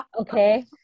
Okay